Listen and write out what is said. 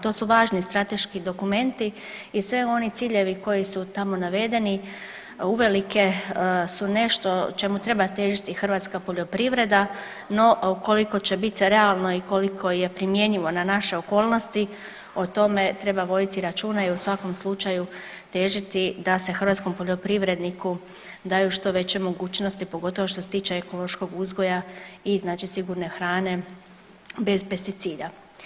To su važni strateški dokumenti i sve oni ciljevi koji su tamo navedeni uvelike su nešto čemu treba težiti hrvatska poljoprivreda, no koliko će biti realno i koliko je primjenjivo na naše okolnosti o tome treba voditi računa i u svakom slučaju težiti da se hrvatskom poljoprivredniku daju što veće mogućnosti pogotovo što se tiče ekološkog uzgoja i znači sigurne hrane bez pesticida.